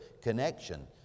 connection